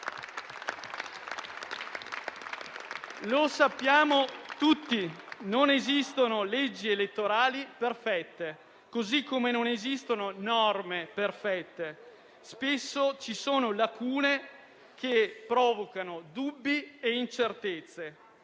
Sappiamo tutti che non esistono leggi elettorali perfette, così come non esistono norme perfette. Spesso ci sono lacune che provocano dubbi e incertezze,